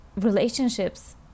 relationships